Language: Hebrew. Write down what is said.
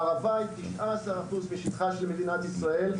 הערבה היא 19% משטחה של מדינת ישראל,